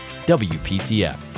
WPTF